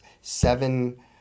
seven